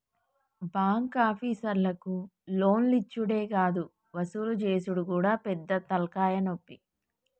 బాంకాపీసర్లకు లోన్లిచ్చుడే గాదు వసూలు జేసుడు గూడా పెద్ద తల్కాయనొప్పి